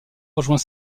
rejoint